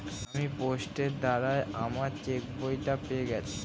আমি পোস্টের দ্বারা আমার চেকবইটা পেয়ে গেছি